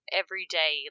everyday